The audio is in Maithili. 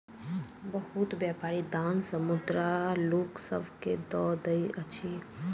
बहुत व्यापारी दान मे मुद्रा लोक सभ के दय दैत अछि